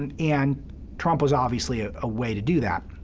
and and trump was obviously a way to do that.